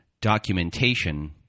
documentation